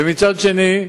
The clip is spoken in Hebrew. ומצד שני,